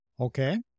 Okay